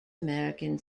american